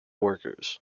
workers